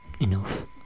enough